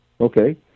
Okay